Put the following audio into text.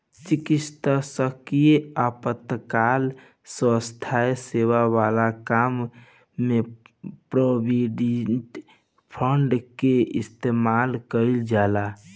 चिकित्सकीय आपातकाल स्वास्थ्य सेवा वाला काम में प्रोविडेंट फंड के इस्तेमाल कईल जाला